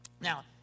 Now